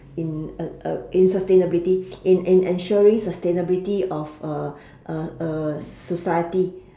in in sustainability in in ensuring sustainability of a a a society